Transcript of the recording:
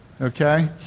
Okay